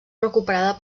recuperada